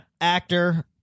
actor